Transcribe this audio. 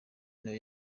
nayo